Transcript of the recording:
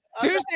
Tuesday